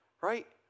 right